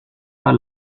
pas